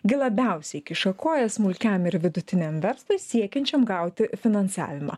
gi labiausiai kiša koją smulkiam ir vidutiniam verslui siekiančiam gauti finansavimą